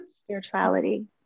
spirituality